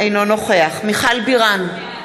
אינו נוכח מיכל בירן,